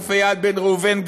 האלוף איל בן ראובן,